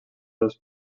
dos